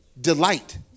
delight